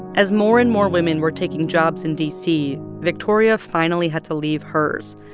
as more and more women were taking jobs in d c, victoria finally had to leave hers.